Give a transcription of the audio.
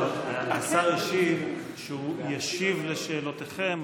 השר השיב שהוא ישיב על שאלותיכם,